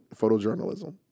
photojournalism